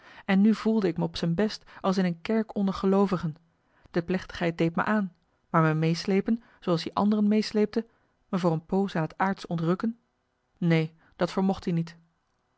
en nu voelde ik me op z'n best als in een kerk onder geloovigen de plechtigheid deed me aan maar me meeslepen zooals i anderen meesleepte me voor een poos aan het aardsche ontrukken neen dat vermocht i niet